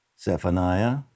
Zephaniah